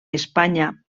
espanya